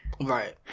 Right